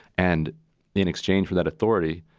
and in exchange for that authority,